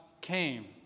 came